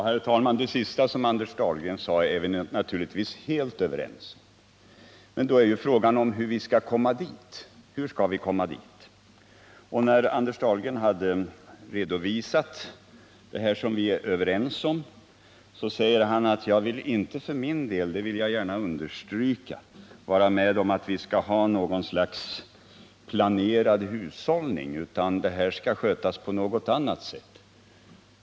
Herr talman! Det sista som Anders Dahlgren sade är vi naturligtvis helt överens om. Men då är ju frågan: Hur skall vi komma dit? När Anders Dahlgren hade redovisat det som vi är överens om så sade han: Jag vill inte för min del — det vill jag gärna stryka under — vara med om att vi skall ha något slags planerad hushållning, utan det här skall skötas på något annat sätt.